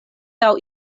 laŭ